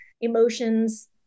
emotions